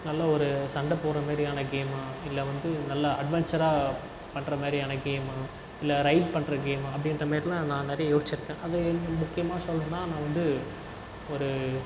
நல்ல ஒரு சண்டை போடுற மாதிரியான கேமா இல்லை வந்து நல்ல அட்வன்ஞ்சராக பண்ணுற மாதிரியான கேமா இல்லை ரைட் பண்ணுற கேமா அப்படின்ற மாதிரிலாம் நான் நிறைய யோச்சிருக்கேன் அது முக்கியமாக சொல்லணுனா நான் வந்து ஒரு